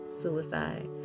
suicide